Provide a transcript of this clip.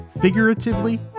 figuratively